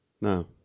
No